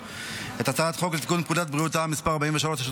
את הצעת חוק לתיקון פקודת בריאות העם (מס' 43),